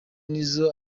nizzo